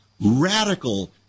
Radical